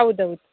ಹೌದೌದು